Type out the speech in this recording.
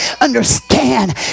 understand